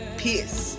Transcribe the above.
peace